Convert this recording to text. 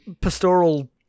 pastoral